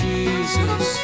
Jesus